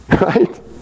Right